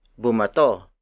Bumato